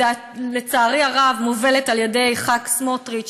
שלצערי הרב מובלת על-ידי חבר הכנסת סמוטריץ,